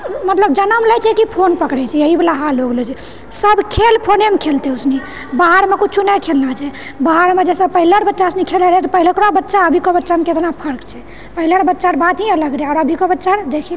मतलब जनम लए छै कि फोन पकड़ै छै इएह बला हाल हो गेलो छै सब खेल फोनेमे खेलतै ओ सुनि बाहरमे किछु नहि खेलना छै बाहरमे जैसे पहिले बच्चा सुनी खेलए रहए पहिलुकबा बच्चा अभीके बच्चामे केतना फर्क छै पहिलेके बच्चाके बात ही अलग रहै आर अभीके बच्चा